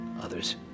others